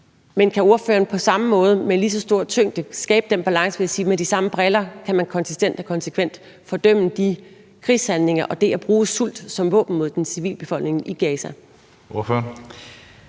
Kan ordføreren på samme måde og med lige så stor tyngde skabe den balance ved at sige, at man, set gennem de samme briller, konsekvent og konsistent fordømmer krigshandlinger og det at bruge sult som våben mod den civile befolkning i Gaza? Kl.